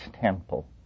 Temple